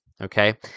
okay